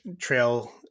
trail